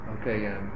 Okay